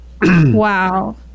wow